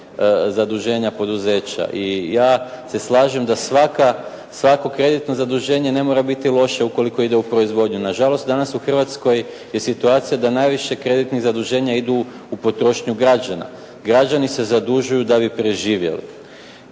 zaduženja poduzeća. I ja se slažem da svaka, svako kreditno zaduženje ne mora biti loše ukoliko ide u proizvodnju. Nažalost danas u Hrvatskoj je situacija da najviše kreditnih zaduženja idu u potrošnju građana. Građani se zadužuju da bi preživjeli.